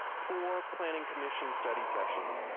four planning commission study sessions,